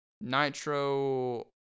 Nitro